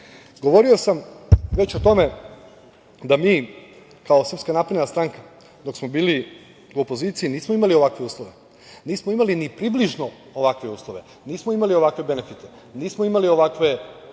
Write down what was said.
sam već o tome da mi kao Srpska napredna stranka dok smo bili u opoziciji nismo imali ovakve uslove, nismo imali ni približno ovakve uslove, nismo imali ovakve benefite, nismo imali ovakve